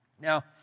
Now